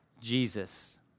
Jesus